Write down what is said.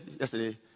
yesterday